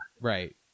right